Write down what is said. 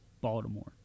Baltimore